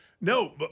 No